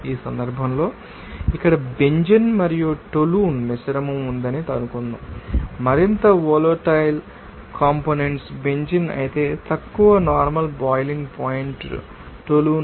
ఈ సందర్భంలో ఇక్కడ బెంజీన్ మరియు టోలున్ మిశ్రమం ఉందని అనుకుందాం మరింత వోలటైల్ కంపోనెంట్స్ బెంజీన్ అయితే తక్కువ నార్మల్ బొయిలింగ్ పాయింట్ టోలున్